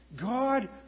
God